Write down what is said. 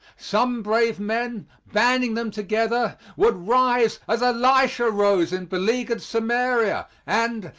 some brave men, banding them together, would rise as elisha rose in beleaguered samaria, and,